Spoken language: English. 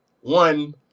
One